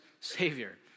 savior